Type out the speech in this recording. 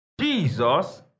Jesus